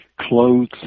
clothes